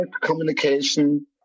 communication